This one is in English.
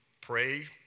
pray